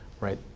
Right